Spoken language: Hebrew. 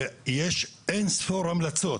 יש אין ספור המלצות